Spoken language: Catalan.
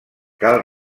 cal